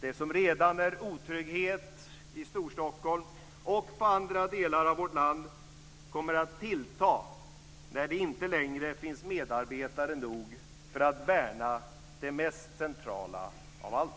Det som redan är otrygghet i Storstockholm och andra delar av vårt land kommer att tillta när det inte längre finns medarbetare nog för att värna det mest centrala av allt.